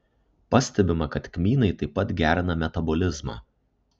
pastebima kad kmynai taip pat gerina metabolizmą